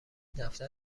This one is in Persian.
دفتر